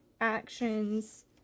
actions